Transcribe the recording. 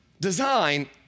design